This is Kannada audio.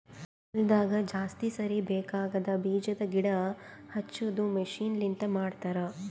ಹೊಲದಾಗ ಜಾಸ್ತಿ ಸಾರಿ ಬೇಕಾಗದ್ ಬೀಜದ್ ಗಿಡ ಹಚ್ಚದು ಮಷೀನ್ ಲಿಂತ ಮಾಡತರ್